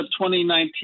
2019